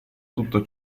tutto